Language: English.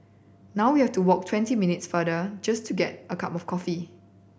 now we have to walk twenty minutes further just to get a cup of coffee